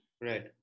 Right